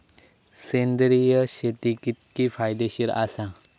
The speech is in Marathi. सेंद्रिय शेती कितकी फायदेशीर आसा?